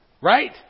Right